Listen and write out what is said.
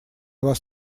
вас